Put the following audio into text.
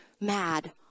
mad